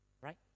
right